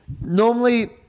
Normally